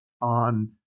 on –